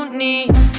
need